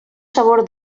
sabor